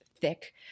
thick